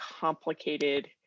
complicated